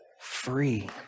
free